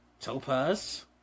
Topaz